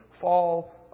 fall